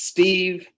Steve